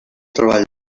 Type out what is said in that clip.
treball